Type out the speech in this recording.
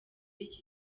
iki